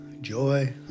joy